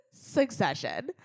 Succession